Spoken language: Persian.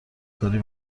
کاری